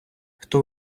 хто